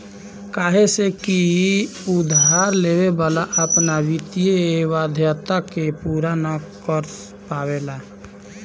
काहे से की उधार लेवे वाला अपना वित्तीय वाध्यता के पूरा ना कर पावेला